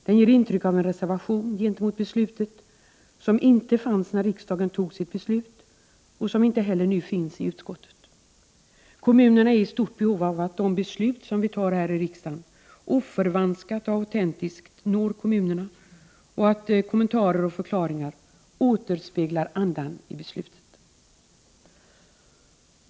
Den ger intryck av en reservation gentemot beslutet som inte fanns när riksdagen fattade sitt beslut och som inte heller nu finns i utskottet. Kommunerna är i stort behov av att de beslut som fattas här i riksdagen oförvanskade och autentiska når kommunerna och att kommentarer och förklaringar återspeglar andan i besluten.